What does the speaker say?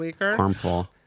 harmful